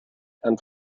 and